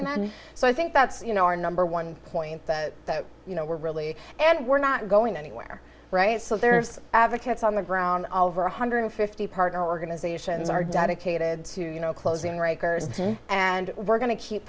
in and so i think that's you know our number one point that you know we're really and we're not going anywhere right so there's advocates on the ground over one hundred and fifty partner organizations are dedicated to you know closing rikers and we're going to keep